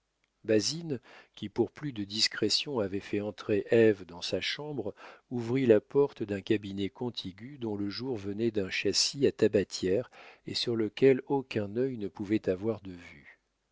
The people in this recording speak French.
basine qui pour plus de discrétion avait fait entrer ève dans sa chambre ouvrit la porte d'un cabinet contigu dont le jour venait d'un châssis à tabatière et sur lequel aucun œil ne pouvait avoir de vue